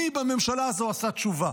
מי בממשלה הזו עשה תשובה?